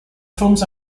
films